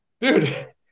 dude